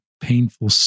painful